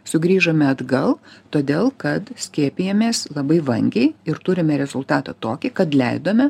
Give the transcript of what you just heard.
sugrįžome atgal todėl kad skiepijamės labai vangiai ir turime rezultatą tokį kad leidome